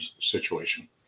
situation